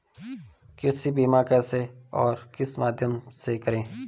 कृषि बीमा कैसे और किस माध्यम से करें?